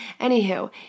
Anywho